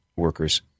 workers